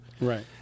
Right